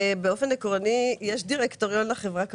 באופן עקרוני יש דירקטוריון לחברה.